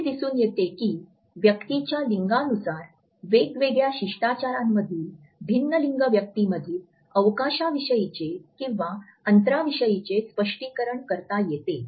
असे दिसून येते की व्यक्तींच्या लिंगानुसार वेगवेगळ्या शिष्टाचारांमधील भिन्न लिंग व्यक्तींमधील अवकाशाविषयीचे किंवा अंतराविषयीचे स्पष्टीकरण करता येते